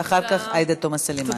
ואחר כך עאידה תומא סלימאן.